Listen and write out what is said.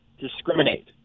discriminate